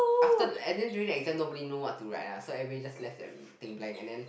after the and then during the exam nobody know what to write ah so everybody just left that thing blank and then